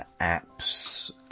apps